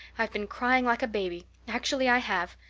i've been crying like a baby, actually i have.